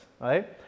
right